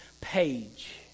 page